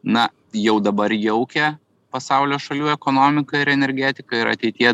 na jau dabar jaukia pasaulio šalių ekonomiką ir energetiką ir ateityje